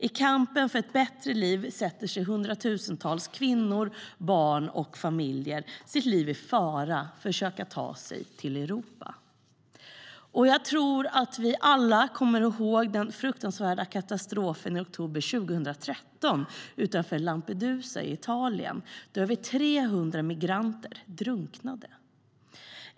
I kampen för ett bättre liv försätter hundratusentals kvinnor, barn och familjer sina liv i fara för att försöka ta sig till Europa. Jag tror att vi alla kommer ihåg den fruktansvärda katastrofen utanför Lampedusa i Italien i oktober 2013, då över 300 migranter drunknade.